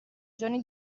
giorni